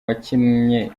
wakinnye